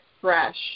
fresh